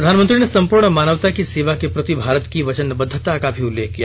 प्रधानमंत्री ने संपूर्ण मानवता की सेवा के प्रति भारत की वचनबद्वता का भी उल्लेख किया